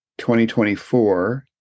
2024